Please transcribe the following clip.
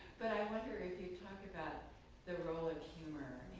wonder if you'd talk about the role of humor